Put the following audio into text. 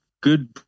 good